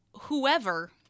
whoever